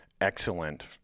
excellent